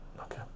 okay